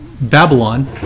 Babylon